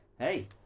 Hey